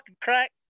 crack